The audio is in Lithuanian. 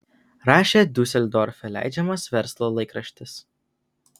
rašė diuseldorfe leidžiamas verslo laikraštis